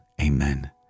Amen